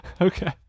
Okay